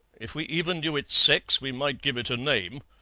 if we even knew its sex we might give it a name.